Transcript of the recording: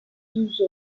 douze